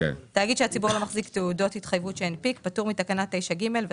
תאגיד מניות והוא מנפיק אג"ח,